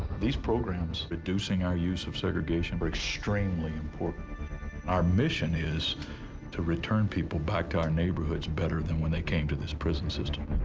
these programs reducing our use of segregation are extremely important. our mission is to return people back to our neighborhoods better than when they came to this prison system.